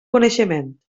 coneixement